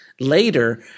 later